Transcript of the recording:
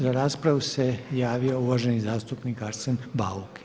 Za raspravu se javio uvaženi zastupnik Arsen Bauk.